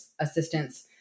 assistance